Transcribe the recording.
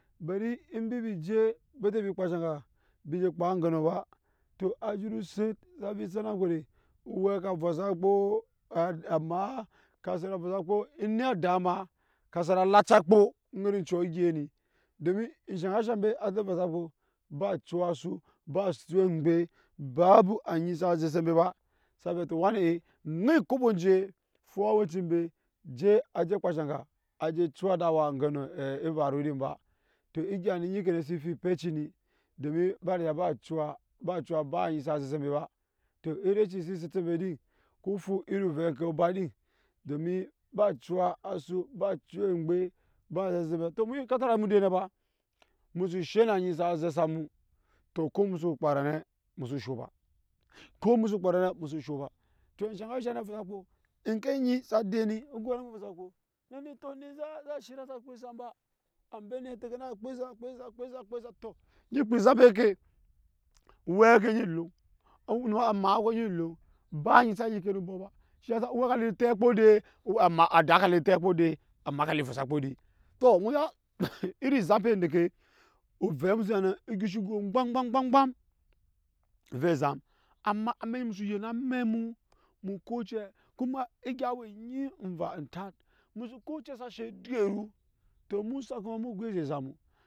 Beri embi bi je bete mbi kpaa enshe aga mbi je kpaa agge nɔ ba to a zhuru set sa vii set na mkpede wɛ ka vɔsa akpoo amaa ka set alacia akpo aŋet ocus egei ni domi eshe aga eshaŋ mbe a je vosa kpo ba eciya asu ba esuwe emgbe babu anyi sa zɛ se mbe ba sa vɛ to owani ee ŋai ekobo enje nara aweci mbee je aje kpaa enshe aga aje ciya ede wa ngenɔ evaru din ba to egya nu onyi kete su fi petci ni domi mba nga a ba cuwa ba cuwa ba anyi sa zɛ se mbe ba to enreshi si sete mbi di ku fu iriovɛ oŋke oba din dmin cuwa asu ba cuwa engbe baya ezek ba tɔ enu nyi ekatara mude ne ba musu she na anyi sa ze samu to ka emu su kpaa nane musu je sho ba, ko musu kpaa nane msusu sho to enshe aga oshang na avɔsa akpo oŋke nyi sa dee ni mu go nane musa vɔsa akpo eni tɔ ani see sa shirya i sa kpaa ezam ba ambe ni a teke na akpaa kpaa ezam kpaa ezam a kpaa ezam eke, owɛɛ ke nyi loŋ amaa ko nyi coŋ ba anyi sa yike ni abɔk ba shiya sa owɛ kavii tepo akpo ede adaa ka vii tep akpo edee tɔ mu ya in ezampe ede endeke avɛ gishi go egbam gbam gbam gbam ovɛ ezam amɛk musu yen amɛk mu, mu ko ocɛ kuma egya ewe nu onyi enva entat musu koocɛ sa she egyɛru to emu osakɔ ma mu go eze samu